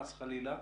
חס וחלילה,